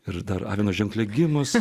ir dar avino ženkle gimusi